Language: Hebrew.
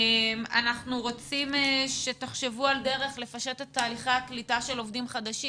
אנחנו רוצים שתחשבו על דרך לפשט את תהליכי הקליטה של עובדים חדשים.